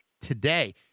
today